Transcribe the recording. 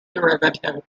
derivative